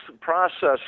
process